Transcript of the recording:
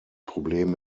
problem